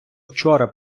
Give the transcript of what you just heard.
вчора